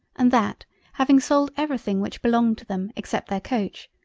and that having sold every thing which belonged to them except their coach,